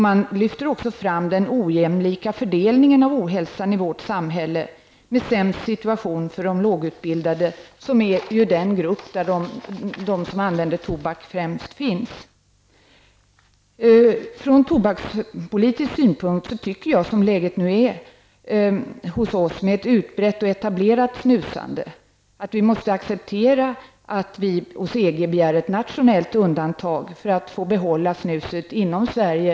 Man lyfter också fram den ojämnlika fördelning av ohälsan i vårt samhälle. Situationen är sämst för de lågutbildade. Det är ju den grupp där de som använder tobak främst finns. Från tobakspolitisk synpunkt tycker jag, som läget nu är hos oss med ett utbrett och etablerat snusande, att vi måste acceptera att vi hos EG begär ett nationellt undantag för att få behålla snuset inom Sverige.